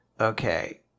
okay